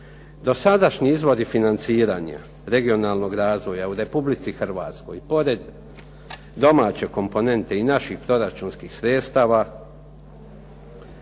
Dosadašnji izvori financiranja regionalnog razvoja u Republici Hrvatskoj pored domaće komponente i naših proračunskih sredstava